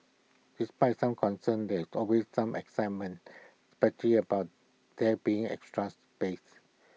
despite some concerns that there was also some excitement especially about there being extra space